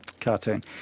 cartoon